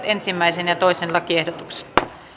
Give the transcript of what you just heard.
ensimmäisen lakiehdotuksen